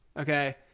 Okay